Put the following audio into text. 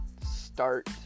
start